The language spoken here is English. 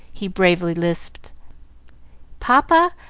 he bravely lisped papa,